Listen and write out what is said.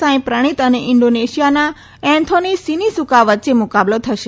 સાંઈ પ્રણિત અને ઈન્ડોનેશિયાના Anthony Sinisuka વચ્ચે મુકાબલો થશે